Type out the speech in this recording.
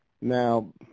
Now